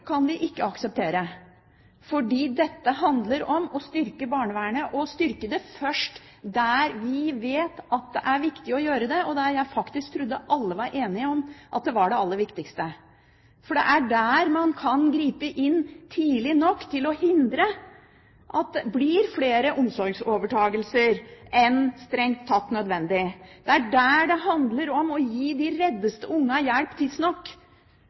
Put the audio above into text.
kan vi ikke akseptere, for dette handler om å styrke barnevernet og å styrke det først der vi vet at det er viktig å gjøre det. Jeg trodde faktisk alle var enige om at det er det aller viktigste, for det er der man kan gripe inn tidlig nok til å hindre at det blir flere omsorgsovertakelser enn strengt tatt nødvendig. Det er der det handler om å gi de reddeste ungene hjelp tidsnok.